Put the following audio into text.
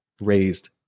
raised